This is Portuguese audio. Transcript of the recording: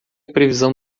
previsão